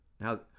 Now